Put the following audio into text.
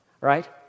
right